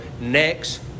next